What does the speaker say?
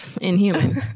Inhuman